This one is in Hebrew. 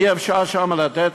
אי-אפשר שם לתת